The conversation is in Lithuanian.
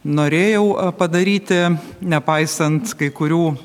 norėjau padaryti nepaisant kai kurių